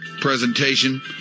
presentation